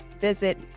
Visit